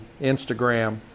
Instagram